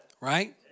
Right